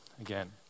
again